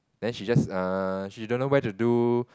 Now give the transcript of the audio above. then she just err she don't know where to do